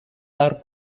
are